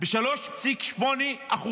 ב-3.8%